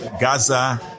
Gaza